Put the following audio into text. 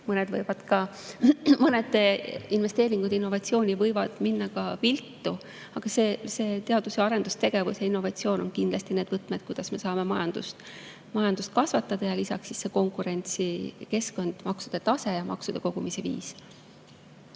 Mõned investeeringud innovatsiooni võivad minna ka viltu. Aga teadus‑ ja arendustegevus ja innovatsioon on kindlasti need võtmed, kuidas me saame majandust kasvatada. Lisaks veel konkurentsikeskkond, maksude tase ja maksude kogumise viis.